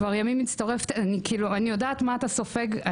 אני יודעת מה אתה סופג,